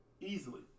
easily